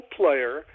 player